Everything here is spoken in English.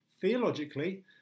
Theologically